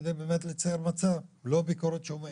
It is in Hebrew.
כדי באמת לצייר מצב, לא ביקורת שהיא מכינה.